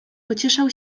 pocieszał